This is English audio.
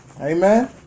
Amen